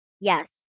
Yes